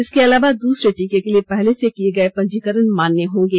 इसके अलावा दूसरे टीके के लिए पहले से किए गए पंजीकरण मान्य होंगे